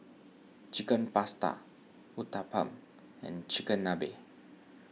Chicken Pasta Uthapam and Chigenabe